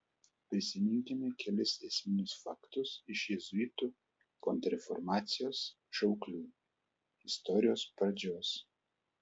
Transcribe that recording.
prisiminkime kelis esminius faktus iš jėzuitų kontrreformacijos šauklių istorijos pradžios